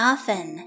Often